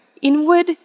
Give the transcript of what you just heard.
inward